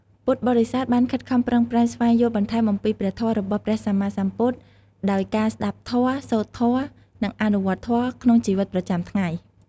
ពុទ្ធបរិស័ទបានខិតខំប្រឹងប្រែងស្វែងយល់បន្ថែមអំពីព្រះធម៌របស់ព្រះសម្មាសម្ពុទ្ធ ដោយការស្តាប់ធម៌ សូត្រធម៌ និងអនុវត្តធម៌ក្នុងជីវិតប្រចាំថ្ងៃ។